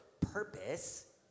purpose